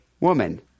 woman